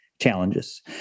challenges